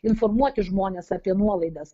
informuoti žmones apie nuolaidas